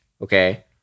okay